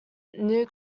new